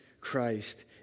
Christ